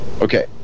Okay